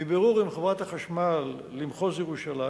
מבירור עם חברת החשמל למחוז ירושלים